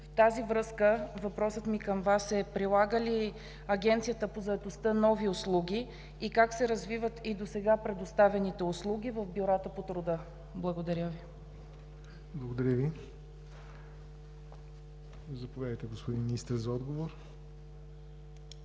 В тази връзка въпросът ми към Вас е: прилага ли Агенцията по заетостта нови услуги и как се развиват и досега предоставяните услуги в бюрата по труда? Благодаря Ви. ПРЕДСЕДАТЕЛ ЯВОР НОТЕВ: Благодаря Ви. Заповядайте, господин Министър, за отговор.